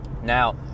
Now